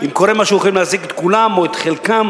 אם קורה משהו יכולים להזעיק את כולם או את חלקם.